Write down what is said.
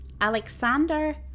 Alexander